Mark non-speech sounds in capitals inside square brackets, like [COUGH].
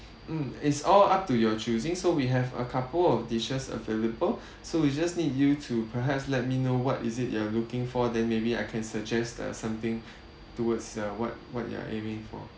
mm it's all up to your choosing so we have a couple of dishes available so we just need you to perhaps let me know what is it you are looking for then maybe I can suggest uh something [BREATH] towards uh what what you are aiming for